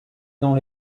dans